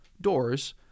doors